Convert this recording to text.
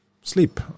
sleep